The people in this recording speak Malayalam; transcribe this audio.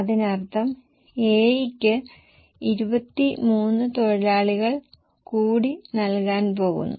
അതിനർത്ഥം ഞങ്ങൾ A യ്ക്ക് 23 തൊഴിലാളികൾ കൂടി നൽകാൻ പോകുന്നു